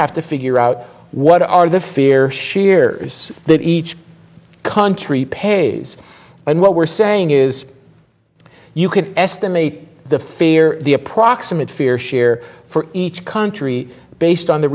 have to figure out what are the fear sheer that each country pays and what we're saying is you could estimate the fear the approximate fear share for each country based on the